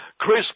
Chris